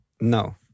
No